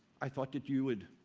i thought that you would